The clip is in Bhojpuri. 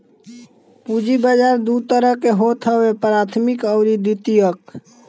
पूंजी बाजार दू तरह के होत हवे प्राथमिक अउरी द्वितीयक